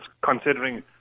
Considering